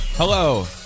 Hello